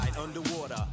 Underwater